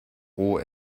roh